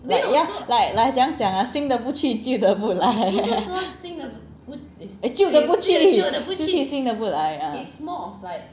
ya like like 怎么样讲啊新的不去旧的不来旧的不去新的不来 ah